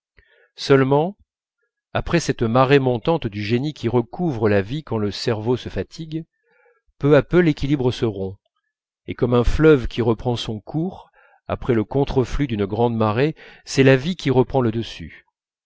seulement après cette marée montante du génie qui recouvre la vie quand le cerveau se fatigue peu à peu l'équilibre se rompt et comme un fleuve qui reprend son cours après le contreflux d'une grande marée c'est la vie qui reprend le dessus